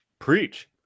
preach